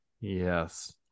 Yes